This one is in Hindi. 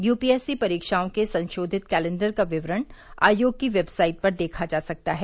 यूपीएससी परीक्षाओं के संशोधित कैलेंडर का विवरण आयोग की वेबसाइट पर देखा जा सकता है